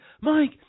Mike